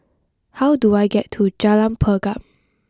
how do I get to Jalan Pergam